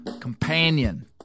companion